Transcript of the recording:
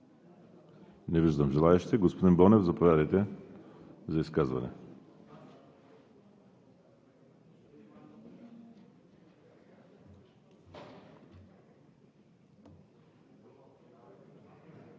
Не виждам желаещи. Господин Бонев, заповядайте за изказване.